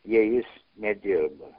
jei jis nedirba